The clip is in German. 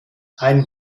ein